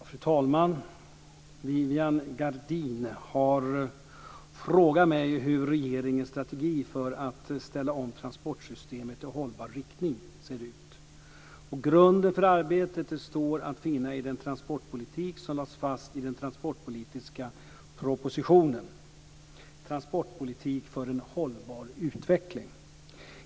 Fru talman! Viviann Gerdin har frågat mig hur regeringens strategi för att ställa om transportsystemet i hållbar riktning ser ut. Grunden för arbetet står att finna i den transportpolitik som lades fast i den transportpolitiska propositionen Transportpolitik för en hållbar utveckling.